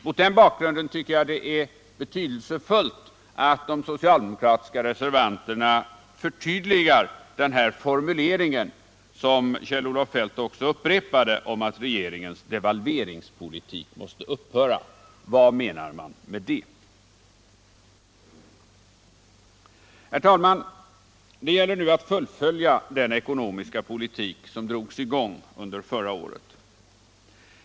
Mot den bakgrunden tycker jag det är betydelsefullt att de socialdemokratiska reservanterna förtydligar formuleringen — som Kjell-Olof Feldt också upprepade — att regeringens devalveringspolitik måste upphöra. Vad menar man med det? Herr talman! Det gäller nu att fullfölja den ekonomiska politik som drogs i gång under förra året.